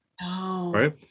right